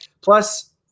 Plus